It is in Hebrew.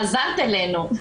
חזרת אלינו.